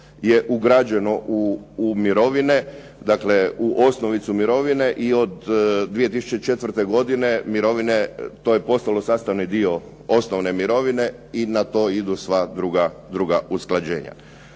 je ugrađeno u mirovine, dakle u osnovicu mirovine i od 2004. godine mirovine to je postalo sastavni dio osnovne mirovine i na to idu sva druga usklađenja.